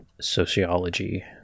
sociology